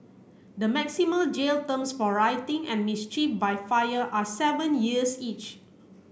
the maximum jail terms for rioting and mischief by fire are seven years each